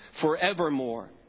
forevermore